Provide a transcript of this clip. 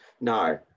No